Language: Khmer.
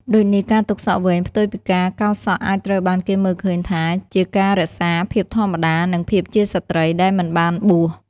ដូចនេះ ការទុកសក់វែងផ្ទុយពីការកោរសក់អាចត្រូវបានគេមើលឃើញថាជាការរក្សា ភាពធម្មតា និងភាពជាស្ត្រី ដែលមិនបានបួស។